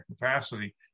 capacity